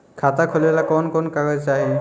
खाता खोलेला कवन कवन कागज चाहीं?